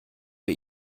wir